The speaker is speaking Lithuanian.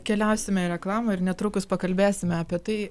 keliausime į reklamą ir netrukus pakalbėsime apie tai